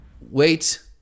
Wait